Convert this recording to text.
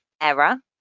error